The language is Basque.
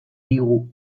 digu